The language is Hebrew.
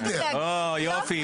אוקי, יופי.